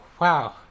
wow